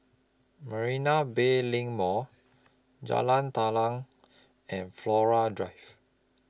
Marina Bay LINK Mall Jalan Telang and Flora Drive